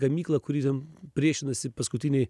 gamyklą kuri ten priešinasi paskutiniai